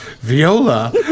viola